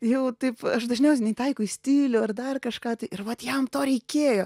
jau taip aš dažniausiai neįtaikau į stilių ar dar kažką tai ir vat jam to reikėjo